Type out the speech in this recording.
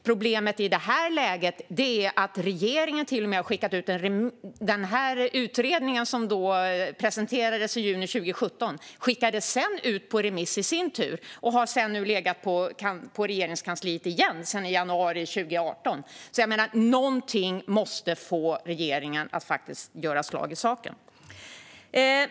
Problemet i det här läget är att regeringen skickade den utredning som presenterades i juni 2017 ut på remiss i sin tur, och sedan har den legat på Regeringskansliet igen sedan januari 2018. Någonting måste få regeringen att göra slag i saken!